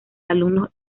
alumnos